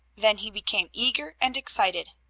than he became eager and excited.